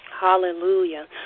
Hallelujah